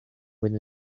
with